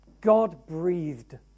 God-breathed